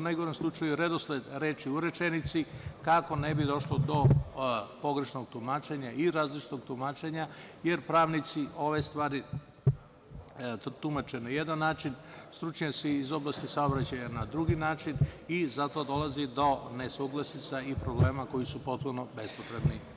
najgorem slučaju, redosled reči u rečenici, kako ne bi došlo do pogrešnog tumačenja i različitog tumačenja, jer pravnici ove stvari tumače na jedan način, stručnjaci iz oblasti saobraćaja na drugi način i zato dolazi do nesuglasica i problema koji su potpuno bespotrebni.